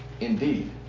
Indeed